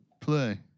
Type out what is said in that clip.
play